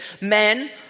men